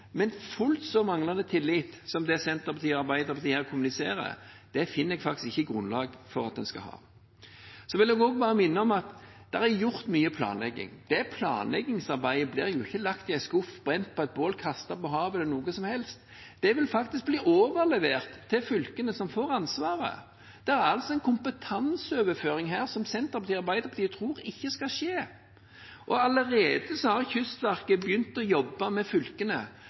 men fullt så manglende tillit som det Senterpartiet og Arbeiderpartiet her kommuniserer, finner jeg faktisk ikke grunnlag for at en skal ha. Så vil jeg også bare minne om at det er gjort mye planlegging. Det planleggingsarbeidet blir jo ikke lagt i en skuff, brent på et bål, kastet på havet eller noe som helst. Det vil faktisk bli overlevert til fylkene som får ansvaret. Det er altså en kompetanseoverføring her som Senterpartiet og Arbeiderpartiet tror ikke skal skje. Kystverket har allerede begynt å jobbe med fylkene